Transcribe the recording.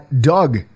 Doug